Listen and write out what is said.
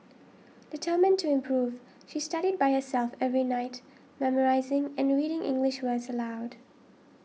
determined to improve she studied by herself every night memorising and reading English words aloud